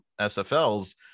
SFLs